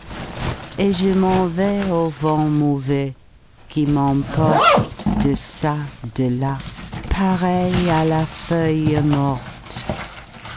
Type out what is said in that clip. et je m'en vais au vent mauvais qui m'emporte deçà delà pareil à la feuille morte